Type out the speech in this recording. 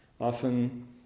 Often